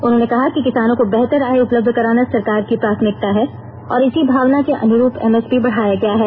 उन्होंने कहा कि किसानों को बेहतर आय उपलब्ध कराना सरकार की प्राथमिकता है और इसी भावना के अनुरूप एम एस पी बढाया गया है